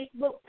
Facebook